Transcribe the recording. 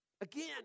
Again